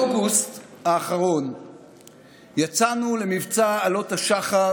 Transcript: באוגוסט האחרון יצאנו למבצע עלות השחר